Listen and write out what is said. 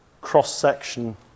cross-section